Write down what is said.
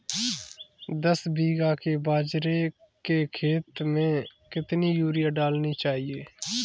दस बीघा के बाजरे के खेत में कितनी यूरिया डालनी चाहिए?